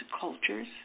cultures